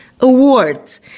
award